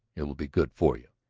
it will be good for you.